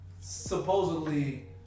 supposedly